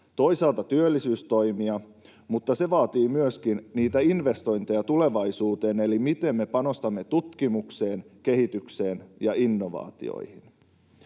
toisaalta työllisyystoimia, mutta se vaatii myöskin niitä investointeja tulevaisuuteen, eli miten me panostamme tutkimukseen, kehitykseen ja innovaatioihin.